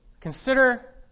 consider